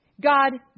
God